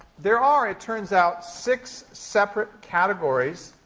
there are, it turns out, six separate categories